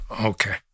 Okay